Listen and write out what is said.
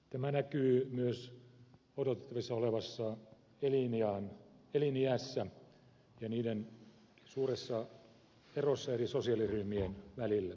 tämä näkyy myös odotettavissa olevassa eliniässä ja sen suurissa eroissa eri sosiaaliryhmien välillä